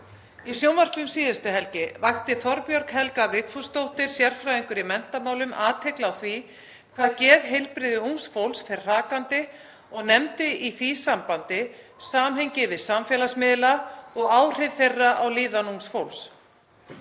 Í sjónvarpi um síðustu helgi vakti Þorbjörg Helga Vigfúsdóttir, sérfræðingur í menntamálum, athygli á því hvað geðheilbrigði ungs fólks fer hrakandi og nefndi í því sambandi samhengið við samfélagsmiðla og áhrif þeirra á líðan ungs fólks.